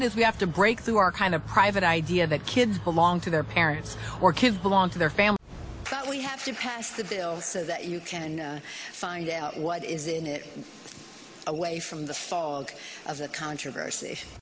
it is we have to break through our kind of private idea that kids belong to their parents or kids belong to their family that we have to pass the bill so that you can find out what is in it away from the fog of the controversy